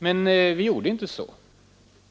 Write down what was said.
Men vi gjorde inte det.